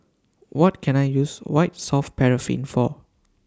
What Can I use White Soft Paraffin For